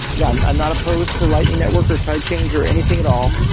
yeah, i'm i'm not opposed to lightning network, or side chains, or anything at all,